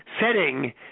setting